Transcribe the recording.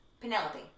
Penelope